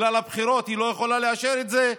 ובגלל הבחירות היא לא יכולה לאשר את זה.